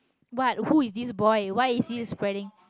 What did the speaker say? what who is this boy why is he spreading